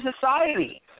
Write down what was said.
society